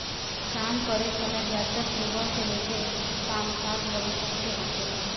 काम करे समय ज्यादातर सुबह से लेके साम सात बजे तक के होखेला